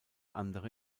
andere